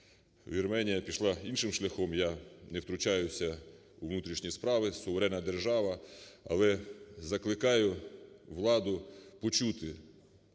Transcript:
Вірменія пішла іншим шляхом, я не втручаюся у внутрішні справи, суверена держава. Але закликаю владу почути